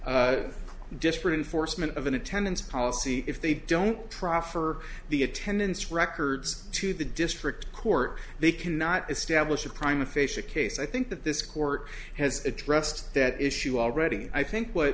foresman of an attendance policy if they don't try for the attendance records to the district court they cannot establish a crime aphasia case i think that this court has addressed that issue already i think what